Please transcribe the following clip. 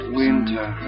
winter